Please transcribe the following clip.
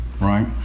right